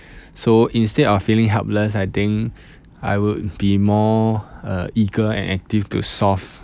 so instead of feeling helpless I think I would be more uh eager and active to solve